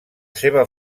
seva